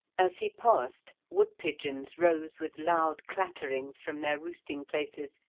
as he passed, wood-pigeons rose with loud clatterings from their roosting-places,